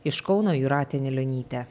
iš kauno jūratė anilionytė